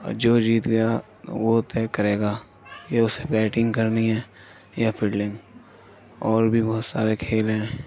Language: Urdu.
اور جو جیت گیا وہ طے کرے گا کہ اُسے بیٹنگ کرنی ہے یا فیلڈنگ اور بھی بہت سارے کھیل ہیں